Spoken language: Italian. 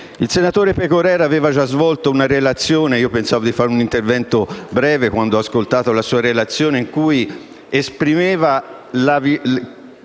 Il senatore Pegorer aveva già svolto una relazione - pensavo di fare un intervento breve quando ho ascoltato la sua relazione - in cui spiegava